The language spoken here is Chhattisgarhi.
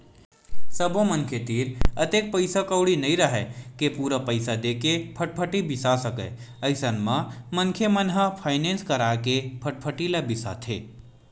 सब्बो मनखे तीर अतेक पइसा कउड़ी नइ राहय के पूरा पइसा देके फटफटी बिसा सकय अइसन म मनखे मन ह फायनेंस करा के फटफटी ल बिसाथे